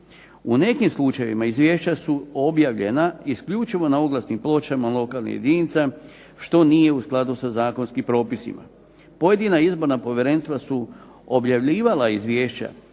U nekim slučajevima izvješća su objavljena isključivo na pločama lokalnih jedinica što nije u skladu sa zakonskim propisima. Pojedina izborna povjerenstva su objavljivala izvješća